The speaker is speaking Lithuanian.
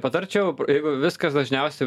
patarčiau jeigu viskas dažniausia